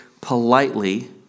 politely